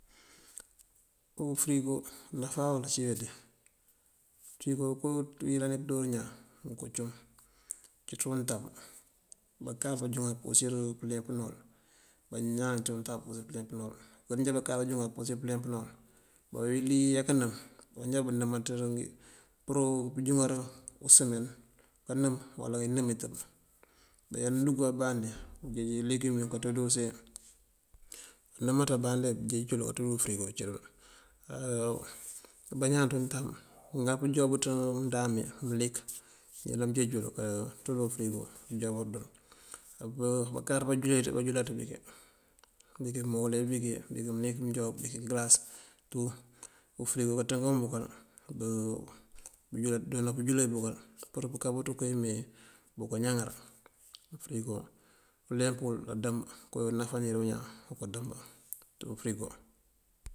Ufërigo, náfá wël ací weende, ufërigo kowí uyëlan wí pëndoor ñaan oko cum. Uncí untab bakank bënjúŋar bëmpurësir pëleempëna wël. Bañaan ţí untab bëmpurësir pëleempëna wël, kon njá bëmpurësir pëleempëna wël. Bayá kanëm banjá banëmatir pur bunjúŋar usëmen kanëm uwala inëm intëb. Iluŋ bandí kanjeej ileegum kanţú dí use, inëmaţ bá ambandí kanjeej kanţú ţí ufërigo uncí dël. Bañaan ţí untab baŋal pënjuwáabin mëndáami mëlik bëyëlan kanjee mël bunkanţú dí ufërigo pënjuwáabëţin. Bakáaţ jule dí banjulaţ bíkí, bíkí mëwole bíkí mëlik mënjuwáab bíkí ngëlas tú ufërigo kanţënkun bëkël, bundoona pënjule bëkël pur pënká bëţ koowí mee bunkáñaŋara. Ufërigo uleemp wël adëmb. Koowí náfánir bañaan adëmb ţí fërigo.